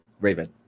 Raven